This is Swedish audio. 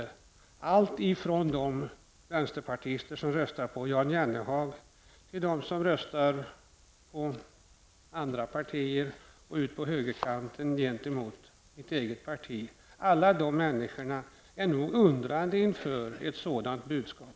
Det gäller för alla alltifrån de vänsterpartister som röstar på Jan Jennehag till dem som röstar på andra partier ända ut på högerkanten och på mitt eget parti. Alla de människorna är nog undrande inför ett sådant budskap.